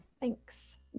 Thanks